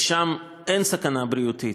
ושם אין סכנה בריאותית,